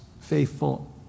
Faithful